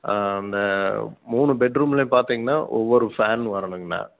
ஆ அந்த மூணு பெட் ரூம்லேயும் பார்த்திங்கனா ஒவ்வொரு ஃபேன் வரணுங்கண்ணா